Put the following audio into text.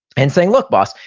and saying, look, boss.